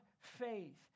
faith